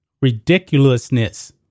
ridiculousness